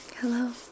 Hello